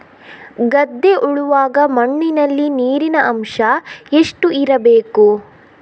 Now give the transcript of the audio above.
ಗದ್ದೆ ಉಳುವಾಗ ಮಣ್ಣಿನಲ್ಲಿ ನೀರಿನ ಅಂಶ ಎಷ್ಟು ಇರಬೇಕು?